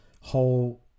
whole